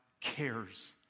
cares